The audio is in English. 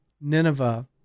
Nineveh